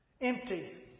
empty